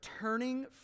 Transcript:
turning